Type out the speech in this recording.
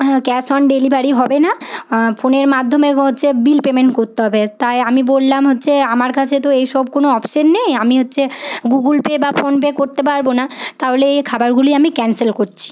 cash on delivery হবে না ফোনের মাধ্যমে হচ্ছে বিল পেমেন্ট করতে হবে তাই আমি বললাম হচ্ছে আমার কাছে তো এইসব কোনো অপশান নেই আমি হচ্ছে গুগুলপে বা ফোনপে করতে পারব না তাহলে এই খাবারগুলি আমি ক্যান্সেল করছি